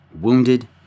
wounded